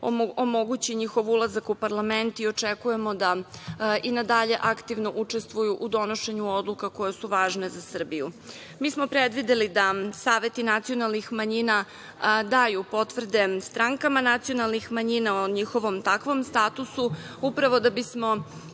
omogući njihov ulazak u parlament i očekujemo da i na dalje aktivno učestvuju u donošenju odluka koje su važne za Srbiju. Mi smo predvideli da saveti nacionalnih manjina daju potvrde strankama nacionalnih manjina o njihovom takvom statusu upravo da bismo